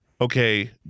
okay